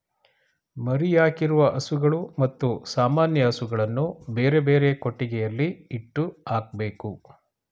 ಮರಿಯಾಕಿರುವ ಹಸುಗಳು ಮತ್ತು ಸಾಮಾನ್ಯ ಹಸುಗಳನ್ನು ಬೇರೆಬೇರೆ ಕೊಟ್ಟಿಗೆಯಲ್ಲಿ ಇಟ್ಟು ಹಾಕ್ಬೇಕು